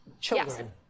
Children